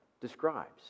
describes